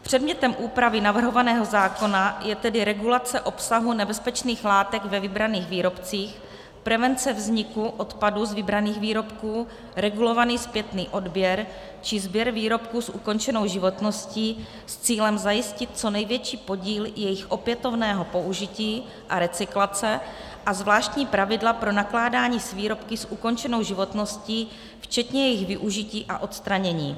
Předmětem úpravy navrhovaného zákona je tedy regulace obsahu nebezpečných látek ve vybraných výrobcích, prevence vzniku odpadu z vybraných výrobků, regulovaný zpětný odběr či sběr výrobků s ukončenou životností s cílem zajistit co největší podíl jejich opětovného použití a recyklace a zvláštní pravidla pro nakládání s výrobky s ukončenou životností včetně jejich využití a odstranění.